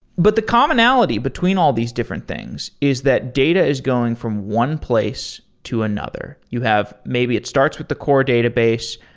but the commonality between all these different things is that data is going from one place to another. you have, maybe it starts with the core database,